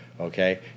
Okay